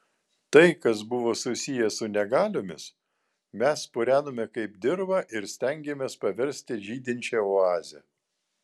tai kas buvo susiję su negaliomis mes purenome kaip dirvą ir stengėmės paversti žydinčia oaze